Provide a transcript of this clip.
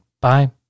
Bye